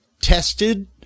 tested